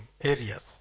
areas